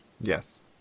Yes